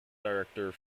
director